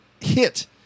hit